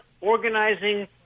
organizing